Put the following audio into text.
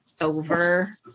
over